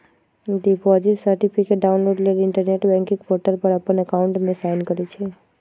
deposit certificate download लेल internet banking portal पर अप्पन अकाउंट में साइन करइ छइ